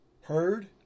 heard